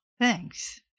thanks